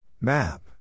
Map